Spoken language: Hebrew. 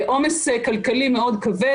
עומס כלכלי מאוד כבד.